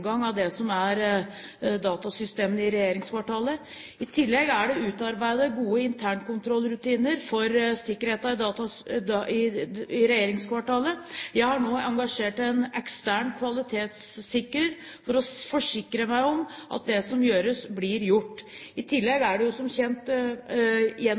av det som er datasystemene i regjeringskvartalet. I tillegg er det utarbeidet gode internkontrollrutiner for sikkerheten i regjeringskvartalet. Jeg har nå engasjert en ekstern kvalitetssikrer for å forsikre meg om at det som skal gjøres, blir gjort. I tillegg